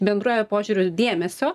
bendruoju požiūriu dėmesio